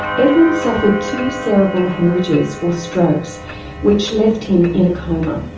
edwyn suffered two cerebral haemorrhages or strokes which left him in a coma.